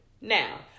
Now